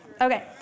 Okay